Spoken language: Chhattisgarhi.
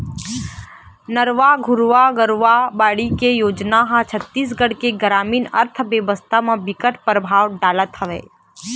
नरूवा, गरूवा, घुरूवा, बाड़ी योजना ह छत्तीसगढ़ के गरामीन अर्थबेवस्था म बिकट परभाव डालत हवय